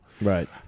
Right